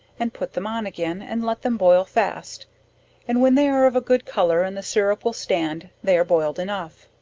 and put them on again, and let them boil fast and when they are of a good colour, and the sirrup will stand, they are boiled enough.